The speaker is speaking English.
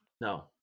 No